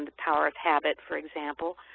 and power of habit for example,